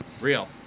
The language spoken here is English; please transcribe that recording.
Real